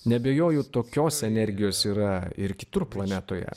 neabejoju tokios energijos yra ir kitur planetoje